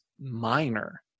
minor